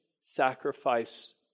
sacrifice